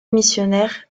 missionnaire